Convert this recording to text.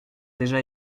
déjà